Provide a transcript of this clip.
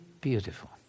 beautiful